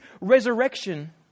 resurrection